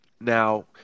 Now